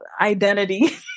identity